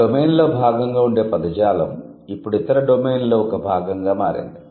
ఒక డొమైన్లో భాగంగా ఉండే పదజాలం ఇప్పుడు ఇతర డొమైన్లో ఒక భాగంగా మారింది